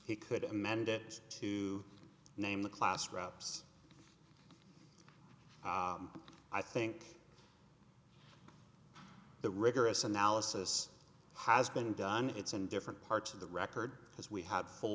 he could amend it to name the class rupp's i think the rigorous analysis has been done it's in different parts of the record as we had full